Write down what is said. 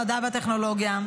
המדע והטכנולוגיה.